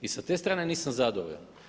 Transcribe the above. I sa te strane nisam zadovoljan.